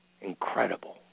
Incredible